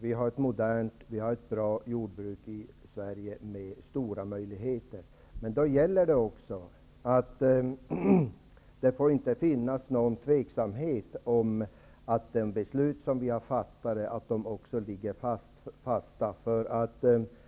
vi har ett modernt och bra jordbruk i Sverige med stora möjligheter. Men då gäller det också att det inte föreligger någon tvekan om att de beslut som vi har fattat ligger fast.